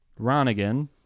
Ronigan